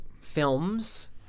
films